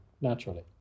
naturally